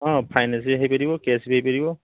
ହଁ ଫାଇନାନ୍ସ ହେଇପାରିବ କ୍ୟାସ୍ ବି ହେଇପାରିବ